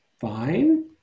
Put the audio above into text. fine